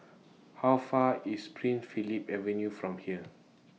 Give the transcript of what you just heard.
How Far IS Prince Philip Avenue from here